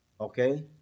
Okay